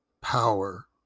power